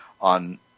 on